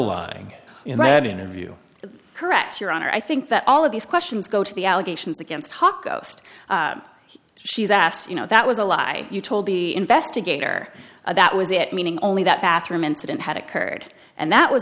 lying in that interview correct your honor i think that all of these questions go to the allegations against hawke ghost she's asked you know that was a lie you told the investigator that was it meaning only that bathroom incident had occurred and that was